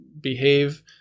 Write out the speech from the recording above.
behave